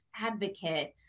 advocate